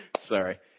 Sorry